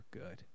good